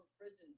prison